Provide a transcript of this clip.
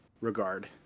regard